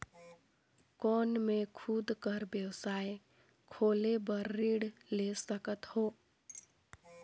कौन मैं खुद कर व्यवसाय खोले बर ऋण ले सकत हो?